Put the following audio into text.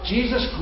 Jesus